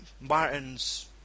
Martin's